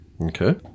Okay